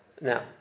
Now